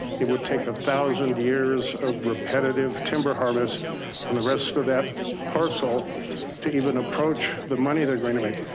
it would take a thousand years of repetitive timber harvest on the rest of that parcel to even approach the money they're going to make.